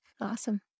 Awesome